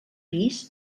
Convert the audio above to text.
pis